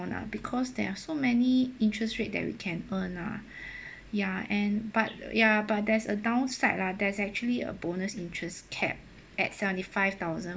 one ah because there are so many interest rate that we can earn ah ya and but ya but there's a downside lah there's actually a bonus interest capped at seventy five thousand